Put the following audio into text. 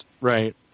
right